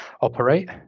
operate